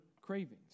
cravings